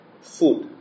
food